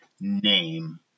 name